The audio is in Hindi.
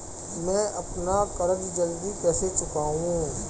मैं अपना कर्ज जल्दी कैसे चुकाऊं?